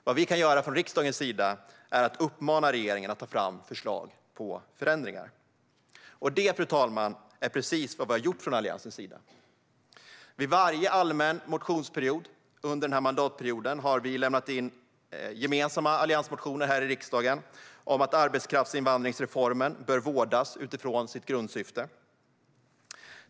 Vad vi kan göra från riksdagens sida är att uppmana regeringen att ta fram förslag på förändringar. Och det, fru talman, är precis vad vi har gjort från Alliansens sida. Vid varje allmän motionsperiod under den här mandatperioden har vi lämnat in gemensamma alliansmotioner här i riksdagen om att arbetskraftsinvandringsreformen bör vårdas utifrån sitt grundsyfte.